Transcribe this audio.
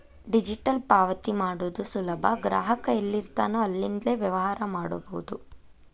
digital ಪಾವತಿ ಮಾಡೋದು ಸುಲಭ ಗ್ರಾಹಕ ಎಲ್ಲಿರ್ತಾನೋ ಅಲ್ಲಿಂದ್ಲೇ ವ್ಯವಹಾರ ಮಾಡಬೋದು